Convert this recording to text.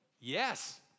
Yes